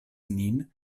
nin